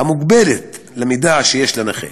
המוגבלת למידע, שיש לנכה.